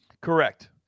correct